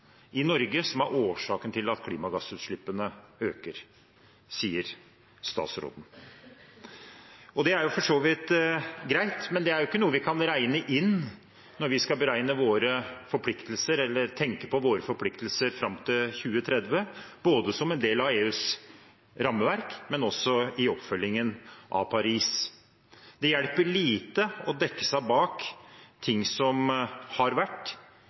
i Norge som er årsaken til at klimagassutslippene øker, sier statsråden. Det er for så vidt greit, men det er ikke noe vi kan regne inn når vi skal beregne våre forpliktelser eller tenke på våre forpliktelser fram til 2030, som en del av EUs rammeverk og i oppfølgingen av Paris-avtalen. Det hjelper lite å dekke seg bak ting som har vært,